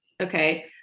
Okay